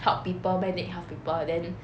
help people medic help people